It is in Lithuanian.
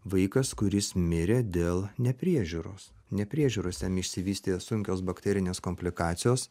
vaikas kuris mirė dėl nepriežiūros nepriežiūros jam išsivystė sunkios bakterinės komplikacijos